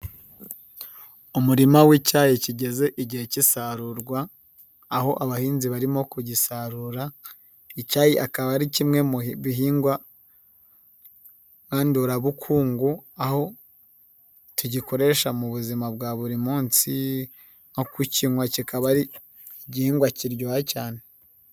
Umurima w'icyayi kigeze igihe cy'isarurwa, aho abahinzi barimo kugisarura, icyayi akaba ari kimwe mu bihingwagandurabukungu aho agikoresha mu buzima bwa buri munsi nko kukinywa, kikaba ari igihingwa kiryoha cyane.